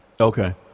Okay